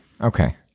Okay